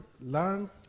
learn